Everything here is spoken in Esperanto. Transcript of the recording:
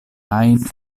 ajn